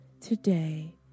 today